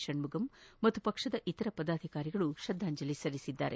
ಷಣ್ಣುಗಂ ಮತ್ತು ಪಕ್ಷದ ಇತರ ಪದಾಧಿಕಾರಿಗಳು ಶ್ರದ್ದಾಂಜಲಿ ಸಲ್ಲಿಸಿದ್ದಾರೆ